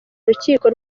rukiko